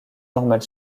normale